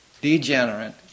degenerate